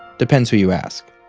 depends who you ask.